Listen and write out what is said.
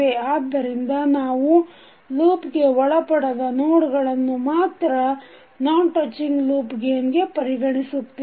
ಆದ್ದರಿಂದ ನಾವು ಲೂಪ್ ಗೆ ಒಳಪಡದ ನೋಡ್ ಗಳನ್ನು ಮಾತ್ರ ನಾನ್ ಟಚ್ಚಿಂಗ್ ಲೂಪ್ ಗೇನ್ ಗೆ ಪರಿಗಣಿಸುತ್ತೇವೆ